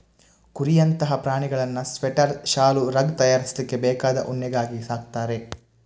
ಕುರಿಯಂತಹ ಪ್ರಾಣಿಗಳನ್ನ ಸ್ವೆಟರ್, ಶಾಲು, ರಗ್ ತಯಾರಿಸ್ಲಿಕ್ಕೆ ಬೇಕಾದ ಉಣ್ಣೆಗಾಗಿ ಸಾಕ್ತಾರೆ